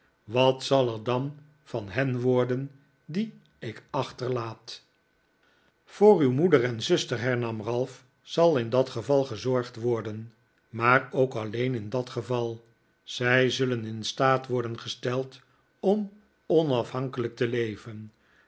wat zal er dan van hen worden die ik achterlaat voor uw moeder en zuster hernam ralph zal in dat geval gezorgd wordenmaar ook alleen in dat geval zij zullen in staat worden gesteld om onafhankelijk te leven